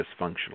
dysfunctional